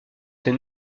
ses